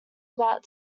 about